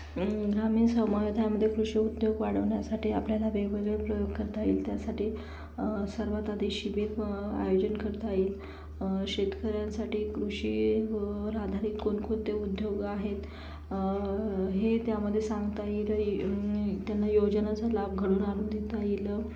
ग्रामीण समुदायामधे कृषी उद्योग वाढवण्यासाठी आपल्याला वेगवेगळे प्रयोग करता येईल त्यासाठी सर्वात आधी शिबिर आयोजन करता येईल शेतकऱ्यांसाठी कृषीवर आधारित कोणकोणते उद्योग आहेत हे त्यामधे सांगता येईल आणि त्यांना योजनांचा लाभ घडवून आणून देता येईल